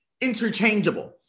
interchangeable